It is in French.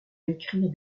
écrire